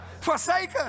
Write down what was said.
forsaken